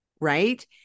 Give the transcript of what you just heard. right